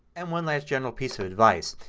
and one last general piece of advice.